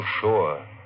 sure